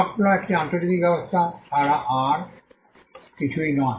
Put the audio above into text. soft law একটি আন্তর্জাতিক ব্যবস্থা ছাড়া আর কিছুই নয়